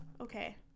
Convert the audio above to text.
Okay